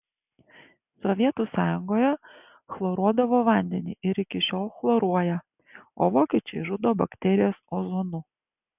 sovietų sąjungoje chloruodavo vandenį ir iki šiol chloruoja o vokiečiai žudo bakterijas ozonu